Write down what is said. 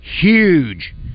Huge